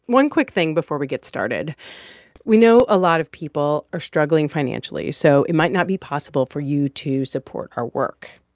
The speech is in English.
one quick thing before we get started we know a lot of people are struggling financially, so it might not be possible for you to support our work.